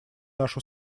нашу